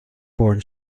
born